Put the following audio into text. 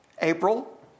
April